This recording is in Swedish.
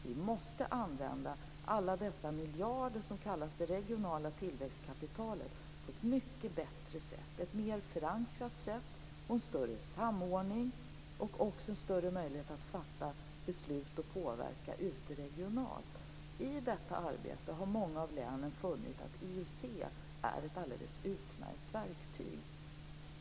Vi måste använda alla de miljarder som kallas det regionala tillväxtkapitalet på ett mycket bättre och mer förankrat sätt, med större samordning och även större möjligheter att regionalt påverka och fatta beslut. I detta arbete har många av länen funnit att IUC är ett alldeles utmärkt verktyg.